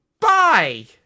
Bye